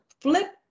flip